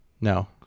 No